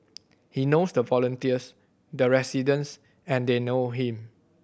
he knows the volunteers the residents and they know him